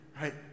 right